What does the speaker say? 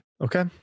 okay